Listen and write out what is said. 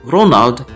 Ronald